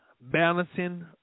balancing